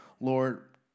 Lord